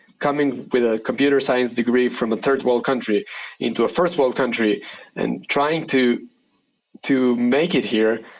coming with a computer science degree from a third world country into a first world country and trying to to make it here,